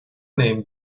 name